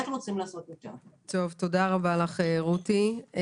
תודה רבה לך רותי.